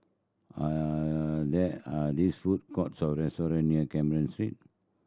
are there are these food courts or restaurant near Carmen Street